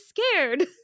scared